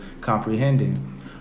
comprehending